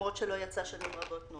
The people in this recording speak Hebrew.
למרות ששנים רבות לא